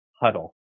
Huddle